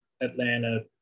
Atlanta